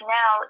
now